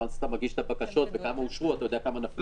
ברגע שאתה מגיש את הבקשות וכמה אושרו אתה יודע כמה נפלו,